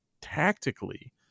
tactically